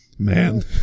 Man